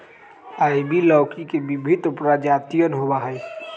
ivy लौकी के विभिन्न प्रजातियन होबा हई